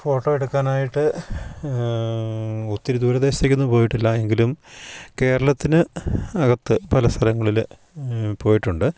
photo എടുക്കാനായിട്ട് ഒത്തിരി ദൂരദേശത്തേക്കൊന്നും പോയിട്ടില്ല എങ്കിലും കേരളത്തിന് അകത്ത് പല സ്ഥലങ്ങളിൽ പോയിട്ടുണ്ട്